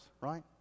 right